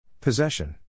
Possession